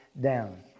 down